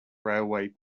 railway